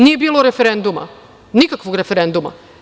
Nije bilo referenduma, nikakvog referenduma.